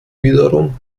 wiederum